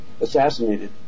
assassinated